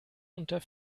unter